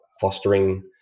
fostering